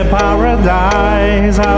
paradise